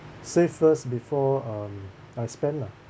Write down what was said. save first before um I spend lah